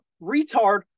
retard